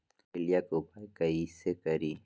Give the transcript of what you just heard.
पीलिया के उपाय कई से करी?